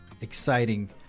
exciting